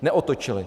Neotočili.